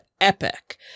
Epic